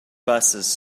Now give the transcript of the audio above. busses